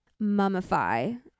mummify